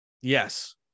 Yes